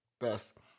best